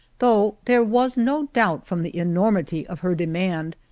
though there was no doubt from the enormity of her demand,